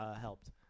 helped